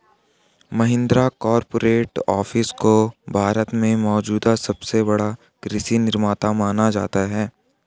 Mahindra corporate office को भारत में मौजूद सबसे बड़ा कृषि निर्माता माना जाता है